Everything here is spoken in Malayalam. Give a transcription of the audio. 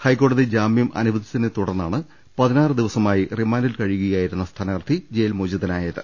ഹൈക്കോടതി ജാമ്യം അനുവദിച്ചതിനെ തുടർന്നാണ് പതിനാറ് ദിവസമായി റിമാന്റിൽ കഴി യുകയായിരുന്ന സ്ഥാനാർത്ഥി ജയിൽമോചിതനായത്